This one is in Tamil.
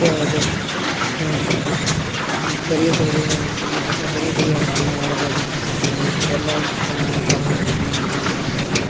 இப்போ ப பெரிய பெரிய எடுத்த பெரிய பெரிய இடங்கள்லாம் வேலை பார்க்குறாங்க பெண்கள் எல்லா த தலைமை இடத்துல வேலை பார்க்குறாங்க